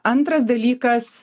antras dalykas